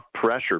pressure